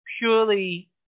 purely